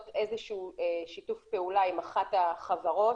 איזה שהוא שיתוף פעולה עם אחת החברות,